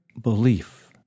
belief